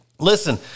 Listen